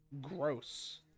gross